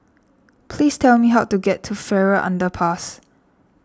please tell me how to get to Farrer Underpass